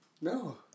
No